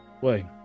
Wait